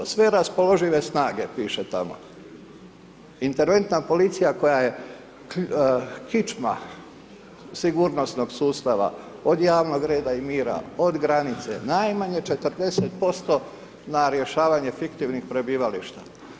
Sve raspoložive snage, piše tamo, interventna policija, koja je kičma sigurnosnog sustava, od javnog reda i mira, od granice, najmanje 40% na rješavanje fiktivnih prebivališta.